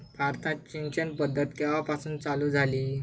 भारतात सिंचन पद्धत केवापासून चालू झाली?